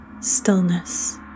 stillness